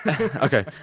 Okay